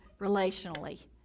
relationally